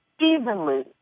evenly